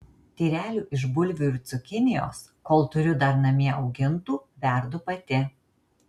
tyrelių iš bulvių ir cukinijos kol turiu dar namie augintų verdu pati